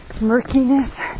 murkiness